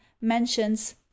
mentions